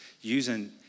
using